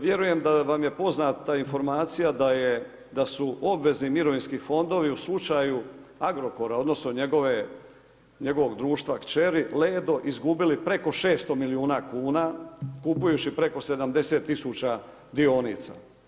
Vjerujem da vam je poznata informacija da su obvezni mirovinski fondovi u slučaju Agrokora odnosno njegovog društva kćeri Ledo, izgubili preko 600 000 milijuna kupujući preko 70 000 dionica.